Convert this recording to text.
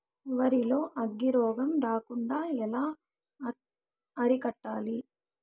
వరి లో అగ్గి రోగం రాకుండా ఎలా అరికట్టాలి?